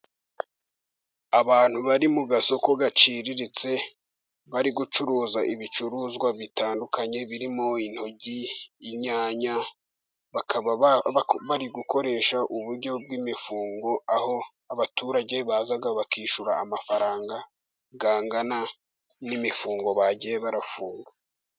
Abantu bari mu gasoko gaciriritse bari gucuruza ibicuruzwa bitandukanye, birimo: intoryi, inyanya, bakaba bari gukoresha uburyo bw'imifungo, aho abaturage baza bakishyura amafaranga angana n'imifungo bagiye barafunga.